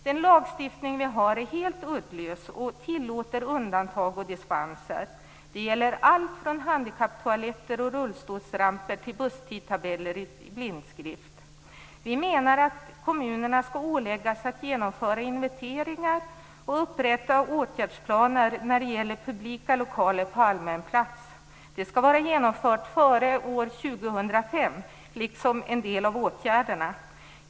Den lagstiftning vi har är helt uddlös och tillåter undantag och dispenser. Det gäller allt från handikapptoaletter och rullstolsramper till busstidtabeller i blindskrift. Vi menar att kommunerna skall åläggas att genomföra inventeringar och upprätta åtgärdsplaner när det gäller publika lokaler på allmän plats. Det skall vara genomfört före år 2005, liksom en del av åtgärderna.